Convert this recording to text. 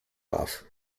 off